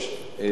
תודה,